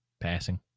passing